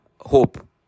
hope